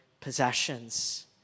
possessions